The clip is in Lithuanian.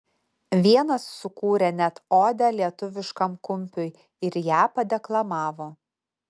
vienas sukūrė net odę lietuviškam kumpiui ir ją padeklamavo